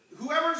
whoever